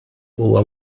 huwa